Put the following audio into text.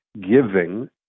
giving